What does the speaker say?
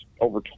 over